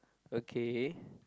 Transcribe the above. okay